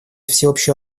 всеобщую